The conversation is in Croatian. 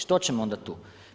Što ćemo onda tu?